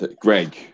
Greg